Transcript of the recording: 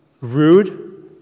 rude